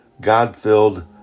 God-filled